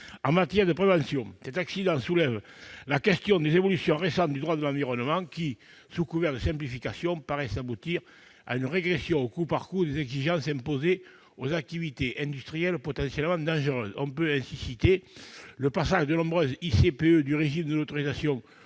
En matière de prévention, cet accident soulève la question des évolutions récentes du droit de l'environnement, qui, sous couvert de simplification, paraissent aboutir à une régression au coup par coup des exigences imposées aux activités industrielles potentiellement dangereuses. Je pense notamment au passage de nombreuses ICPE du régime de l'autorisation